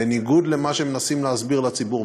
בניגוד למה שמנסים להסביר לציבור.